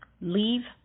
leave